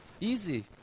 Easy